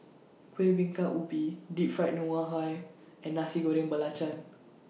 Kueh Bingka Ubi Deep Fried Ngoh Hi and Nasi Goreng Belacan